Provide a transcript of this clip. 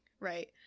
Right